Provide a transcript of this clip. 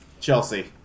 Chelsea